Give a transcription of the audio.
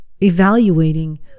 evaluating